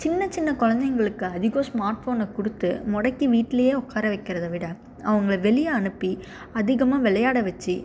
சின்ன சின்ன குழந்தைகளுக்கு அதிகம் ஸ்மார்ட் ஃபோனை கொடுத்து முடக்கி வீட்டிலயே உக்கார வைக்கிறதை விட அவங்களை வெளியே அனுப்பி அதிகமாக விளையாட வச்சு